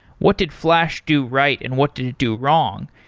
what did flash do right and what did it do wrong?